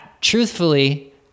Truthfully